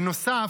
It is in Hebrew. בנוסף,